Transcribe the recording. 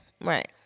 Right